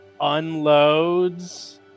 unloads